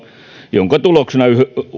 jonka tuloksena